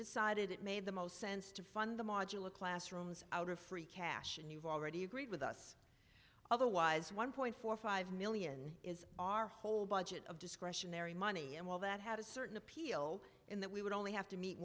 decided it made the most sense to fund the modular classrooms out of free cash and you've already agreed with us otherwise one point four five million is our whole budget of discretionary money and while that had a certain appeal in that we would only have to meet